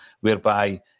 whereby